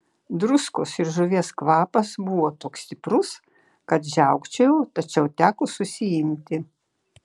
druskos ir žuvies kvapas buvo toks stiprus kad žiaukčiojau tačiau teko susiimti